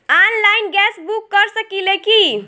Online gas book कर सकिले की?